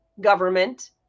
government